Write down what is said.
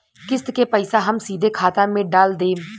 किस्त के पईसा हम सीधे खाता में डाल देम?